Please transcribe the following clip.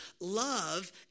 Love